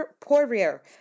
Poirier